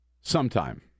sometime